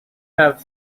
have